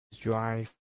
drive